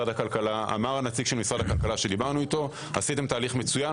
אמר נציג משרד הכלכלה כשדיברנו איתו: עשיתם תהלי מצוין,